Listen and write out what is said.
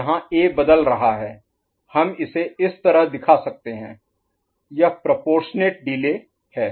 यहाँ A बदल रहा है हम इसे इस तरह दिखा सकते हैं यह प्रोपोरशनेट डिले Proportionate Delay आनुपातिक विलंब है